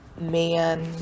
man